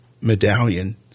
medallion